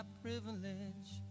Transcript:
privilege